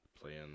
playing